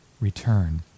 return